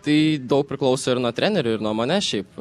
tai daug priklauso ir nuo trenerio ir nuo manęs šiaip